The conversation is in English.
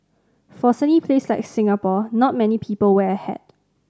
for a sunny place like Singapore not many people wear a hat